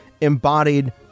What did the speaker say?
embodied